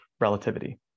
relativity